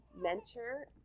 mentor